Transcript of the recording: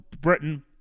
Britain